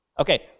Okay